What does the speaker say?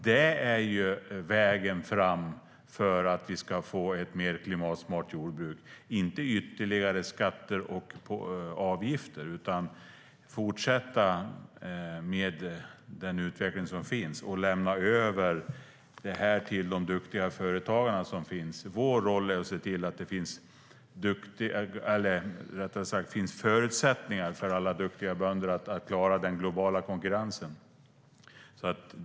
Det här är ju vägen fram för att vi ska få ett mer klimatsmart jordbruk. Det ska inte vara ytterligare skatter och avgifter, utan vi ska fortsätta den utveckling som finns och lämna över det här till de duktiga företagare som finns. Vår roll är att se till att det finns förutsättningar för alla duktiga bönder att klara den globala konkurrensen.